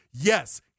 Yes